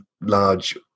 large